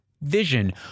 vision